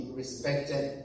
respected